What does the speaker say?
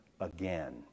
again